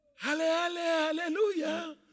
Hallelujah